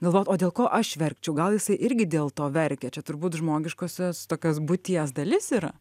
galvot o dėl ko aš verkčiau gal jisai irgi dėl to verkia čia turbūt žmogiškosios tokios būties dalis yra